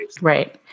Right